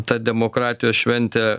ta demokratijos šventė